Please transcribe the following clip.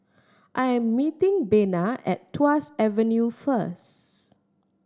I am meeting Bena at Tuas Avenue first